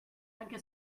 anche